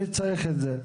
מי צריך את זה?